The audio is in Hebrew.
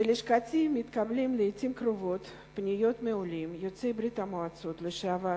בלשכתי מתקבלות לעתים קרובות פניות מעולים יוצאי ברית-המועצות לשעבר